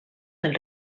del